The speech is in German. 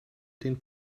den